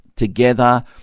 together